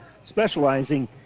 specializing